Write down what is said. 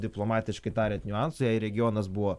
diplomatiškai tariant niuansų jai regionas buvo